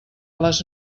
les